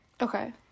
Okay